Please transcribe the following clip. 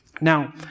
Now